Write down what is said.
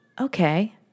okay